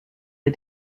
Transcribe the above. les